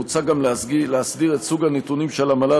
מוצע גם להסדיר את סוג הנתונים שעל המל"ל